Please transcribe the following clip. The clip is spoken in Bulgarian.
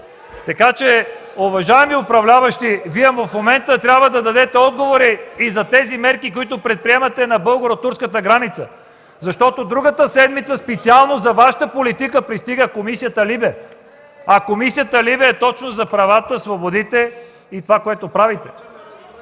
Така че, уважаеми управляващи, в момента Вие трябва да дадете отговори и за мерките, които предприемате на българо-турската граница, защото другата седмица специално за Вашата политика пристига комисията ЛИБЕ, а комисията ЛИБЕ е точно за правата, свободите и това, което правите.